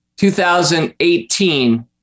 2018